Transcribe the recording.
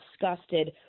disgusted